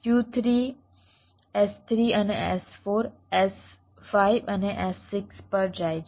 U3 S3 અને S4 S5 અને S6 પર જાય છે